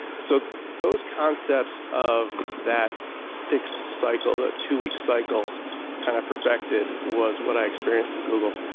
so those concepts of that fixed cycle, the two week cycle kind of perfected was what i experienced at google